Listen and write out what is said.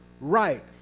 right